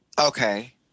Okay